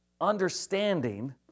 understanding